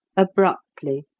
abruptly,